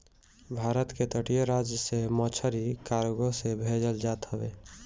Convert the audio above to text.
भारत के तटीय राज से मछरी कार्गो से भेजल जात हवे